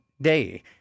day